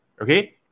Okay